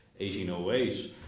1808